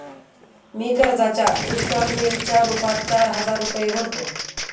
मी कर्जाच्या इंस्टॉलमेंटच्या रूपात चार हजार रुपये भरतो